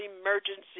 emergency